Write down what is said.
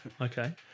Okay